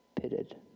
pitted